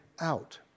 out